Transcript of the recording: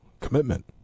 commitment